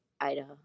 Idaho